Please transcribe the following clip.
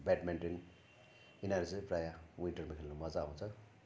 badminton यिनीहरू चाहिँ प्राय विन्टरमा खेल्नु मजा आउँछ